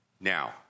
Now